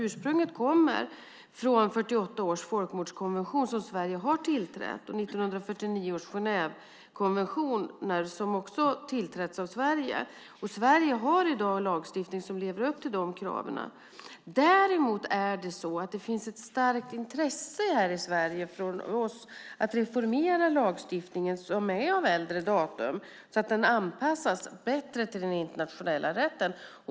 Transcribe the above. Ursprunget kommer från 1948 års folkmordskonvention, som Sverige har tillträtt, och 1949 års Genèvekonvention, som också har tillträtts av Sverige. Sverige har i dag en lagstiftning som lever upp till de kraven. Däremot finns det ett starkt intresse från oss här i Sverige att reformera lagstiftningen, som är av äldre datum, så att den anpassas bättre till den internationella rätten.